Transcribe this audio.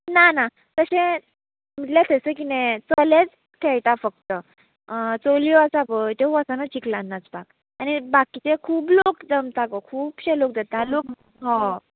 ना ना तशें म्हटल्या थंयसर किदें चलेच खेळटा फक्त चलयो आसा पय त्यो वचना चिकलान नाचपाक आनी बाकीचे खूब लोक जमता गो खुबशे लोक जाता लोक ह